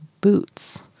boots